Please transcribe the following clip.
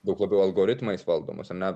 daug labiau algoritmais valdomais ar ne